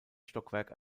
stockwerk